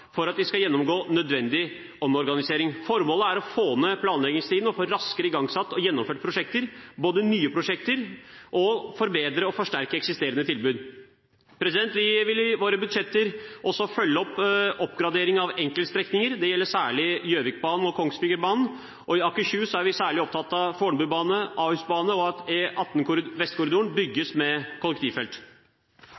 for at de skal gjennomgå nødvendig omorganisering. Formålet er å få ned planleggingstiden og få raskere igangsatt og gjennomført prosjekter, både nye prosjekter og forbedring og forsterking av eksisterende tilbud. Vi vil i våre budsjetter også følge opp oppgradering av enkeltstrekninger. Det gjelder særlig Gjøvikbanen og Kongsvingerbanen, og i Akershus er vi særlig opptatt av Fornebubanen, A-husbanen og at E18 Vestkorridoren